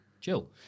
Chill